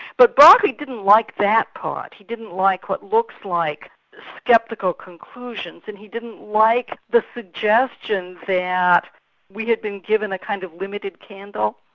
but berkeley didn't like that part, didn't like what looks like sceptical conclusions and he didn't like the suggestions that we had been given a kind of limited candle.